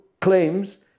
claims